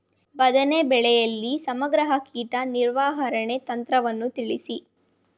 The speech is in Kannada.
ಬದನೆ ಬೆಳೆಯಲ್ಲಿ ಸಮಗ್ರ ಕೀಟ ನಿರ್ವಹಣಾ ತಂತ್ರವನ್ನು ತಿಳಿಸಿ?